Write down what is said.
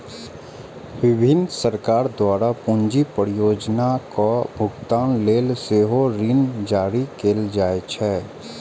विभिन्न सरकार द्वारा पूंजी परियोजनाक भुगतान लेल सेहो ऋण जारी कैल जाइ छै